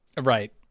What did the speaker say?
Right